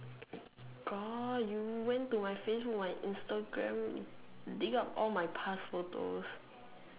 god you went to my Facebook my Instagram dig out all my past photos